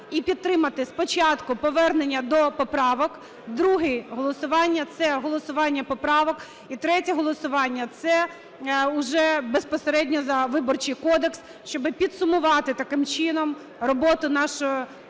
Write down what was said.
і підтримати. Спочатку повернення до поправок. Друге голосування – це голосування поправок. І третє голосування – це вже безпосередньо за Виборчий кодекс, щоб підсумувати таким чином роботу нашого